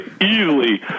easily